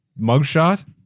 mugshot